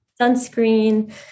sunscreen